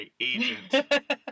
agent